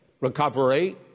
recovery